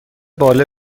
باله